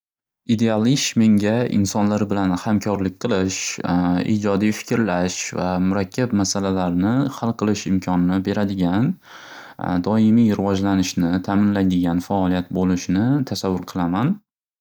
Ideal ish menga insonlar bilan hamkorlik qilish ijodiy fikirlash va murakkab masalalarni xal qilish imkonini beradigan doimiy rivojlanishni ta'minlaydigan faoliyat bo'lishini tasavvur qilaman.